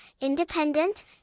independent